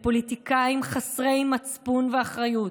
לפוליטיקאים חסרי מצפון ואחריות,